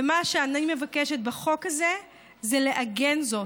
ומה שאני מבקשת בחוק הזה זה לעגן זאת.